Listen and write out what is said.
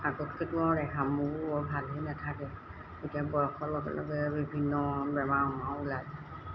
আগতকৈতো আৰু দেহা মূৰ বৰ ভালেই নেথাকে এতিয়া বয়সৰ লগে লগে বিভিন্ন বেমাৰ ওলায়